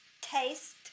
taste